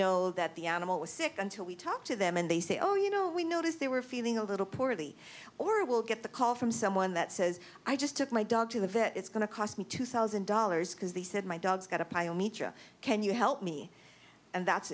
know that the animal was sick until we talk to them and they say oh you know we noticed they were feeling a little poorly or we'll get the call from someone that says i just took my dog to the vet it's going to cost me two thousand dollars because they said my dog's got a pyometra can you help me and that's